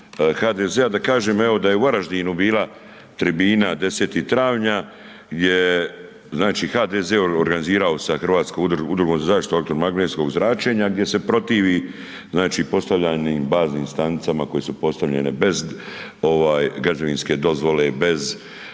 HDZ-a, da kažem evo da je u Varaždinu bila tribina 10. travnja gdje je znači HDZ organizirano sa Hrvatskom udrugom za zaštitu automagnetskog zračenja gdje se protivi znači postavljenim baznim stanicama znači koje su postavljene bez ovaj građevinske dozvole, bez